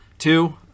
Two